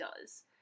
does-